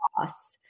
loss